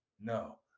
No